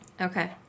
Okay